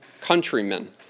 countrymen